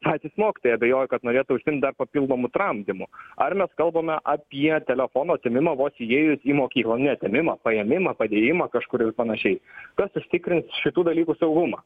patys mokytojai abejoju kad norėtų užsiimt dar papildomu tramdymu ar mes kalbame apie telefono atėmimą vos įėjus į mokyklą atėmimą paėmimą padėjimą kažkur ir panašiai kas užtikrins šitų dalykų saugumą